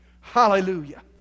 Hallelujah